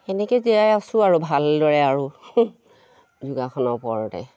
সেনেকে জীয়াই আছোঁ আৰু ভালদৰে আৰু যোগাসনৰ ওপৰতে